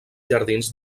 jardins